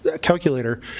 calculator